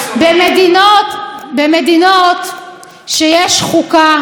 מדינות שיש בהן חוקה,